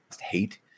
hate